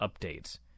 updates